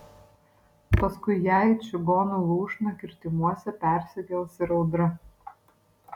paskui ją į čigonų lūšną kirtimuose persikels ir audra